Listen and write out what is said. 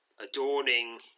Adorning